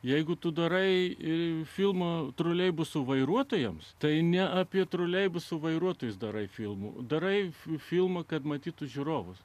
jeigu tu darai ir filmo troleibusų vairuotojams tai ne apie troleibusų vairuotojus dorai filmu darai filmą kad matytų žiūrovus